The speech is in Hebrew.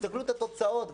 ותסתכלו גם על התוצאות,